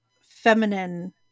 feminine